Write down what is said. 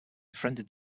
befriended